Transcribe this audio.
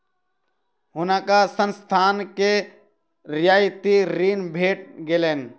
हुनका संस्थान सॅ रियायती ऋण भेट गेलैन